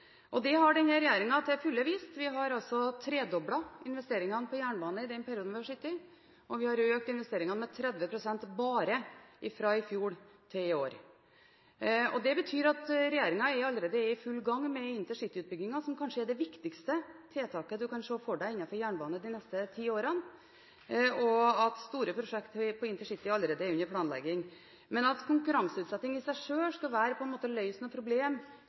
Det har denne regjeringen vist til fulle. Vi har tredoblet investeringene i jernbane i den tiden vi har sittet, og vi har økt investeringene med 30 pst. bare fra i fjor til i år. Det betyr at regjeringen allerede er i full gang med intercityutbyggingen, som kanskje er det viktigste tiltaket en kan se for seg innenfor jernbane de neste ti årene, og at store prosjekter innenfor intercityutbyggingen allerede er under planlegging. At konkurranseutsetting i seg selv på noen måte skal løse noe problem